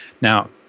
Now